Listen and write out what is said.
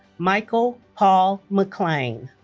michael paul mcclain